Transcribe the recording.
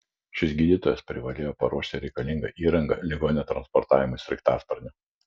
šis gydytojas privalėjo paruošti reikalingą įrangą ligonio transportavimui sraigtasparniu